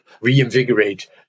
reinvigorate